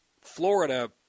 Florida